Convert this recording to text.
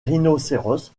rhinocéros